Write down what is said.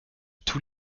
tous